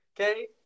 okay